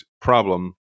problem